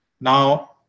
Now